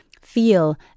feel